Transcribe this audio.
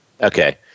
Okay